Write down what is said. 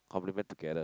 compliment together